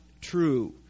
true